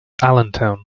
allentown